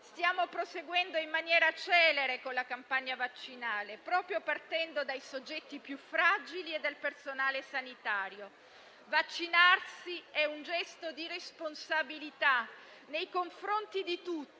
Stiamo proseguendo in maniera celere con la campagna vaccinale, proprio partendo dai soggetti più fragili e dal personale sanitario. Vaccinarsi è un gesto di responsabilità nei confronti di tutti